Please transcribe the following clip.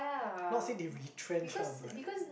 not say they retrench ah but